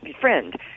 friend